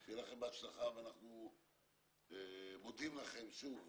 שיהיה לכם בהצלחה ואנחנו מודים לכם, שוב,